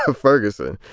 ah ferguson.